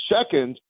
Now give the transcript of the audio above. Second